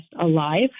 alive